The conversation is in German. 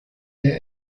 der